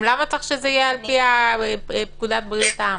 וגם למה צריך שזה יהיה על פי פקודת בריאות העם?